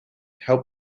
help